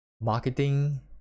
marketing